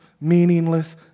meaningless